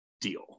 deal